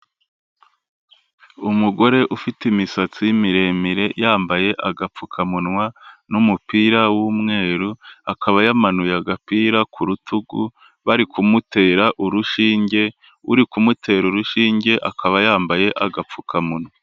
Umugore ufite imisatsi miremire, yambaye agapfukamunwa n'umupira w'umweru, akaba yamanuye agapira ku rutugu, bari kumutera urushinge, uri kumutera urushinge akaba yambaye agapfukamunwa.